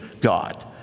God